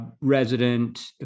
resident